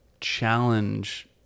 challenge